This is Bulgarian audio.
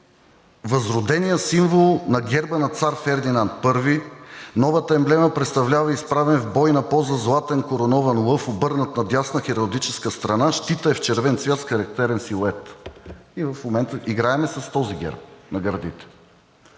възроденият символ на герба на цар Фердинанд I. Новата емблема представлява изправен в бойна поза златен коронован лъв, обърнат на дясна хералдическа страна. Щитът е в червен цвят с характерен силует и в момента играем с този герб на гърдите.